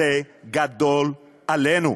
זה גדול עלינו.